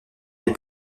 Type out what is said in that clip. des